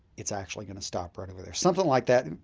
it's actually going to stop right over there. something like that,